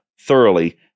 thoroughly